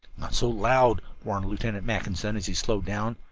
not so loud, warned lieutenant mackinson, as he slowed down.